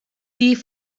die